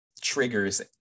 triggers